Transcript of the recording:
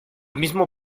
mismo